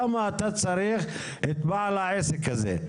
למה אתה צריך את בעל העסק הזה?